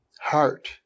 Heart